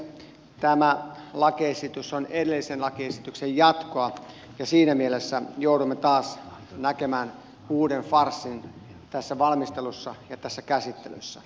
tämä lakiesitys on edellisen lakiesityksen jatkoa ja siinä mielessä joudumme taas näkemään uuden farssin tässä valmistelussa ja tässä käsittelyssä